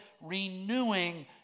renewing